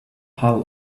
hull